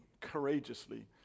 courageously